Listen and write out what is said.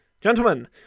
Gentlemen